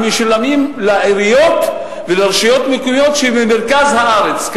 משולמים לעיריות ולרשויות מקומיות שבמרכז הארץ,